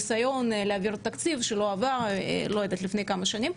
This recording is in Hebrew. כי אני שמעתי שהיה פה ניסיון להעביר תקציב שלא עבר לפני כמה שנים.